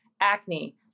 acne